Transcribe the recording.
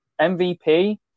MVP